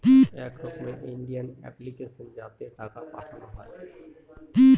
এক রকমের Indian application যাতে টাকা পাঠানো হয়